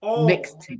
mixed